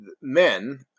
men